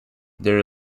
there